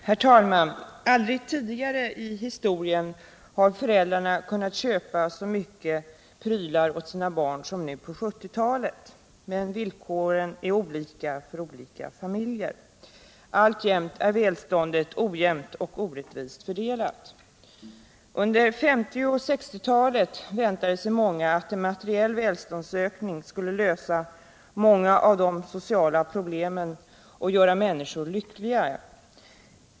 Herr talman! Aldrig tidigare i historien har föräldrarna kunnat köpa så mycket prylar åt sina barn som under 1970-talet. Men villkoren är olika för olika familjer. Alltjämt är välståndet ojämnt och orättvist fördelat. Under 1950 och 1960-talen väntade sig många att en materiell välståndsökning skulle lösa många av de sociala problemen och göra människor lyckligare.